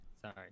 sorry